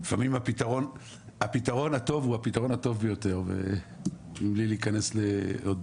לפעמים הפתרון הטוב הוא הפתרון הטוב ביותר בלי להיכנס לעוד